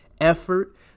effort